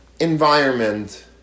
environment